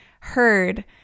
heard